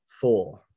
four